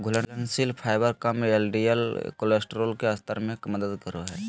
घुलनशील फाइबर कम LDL cholesterol के स्तर में मदद करो हइ